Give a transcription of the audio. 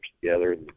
together